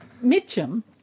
Mitcham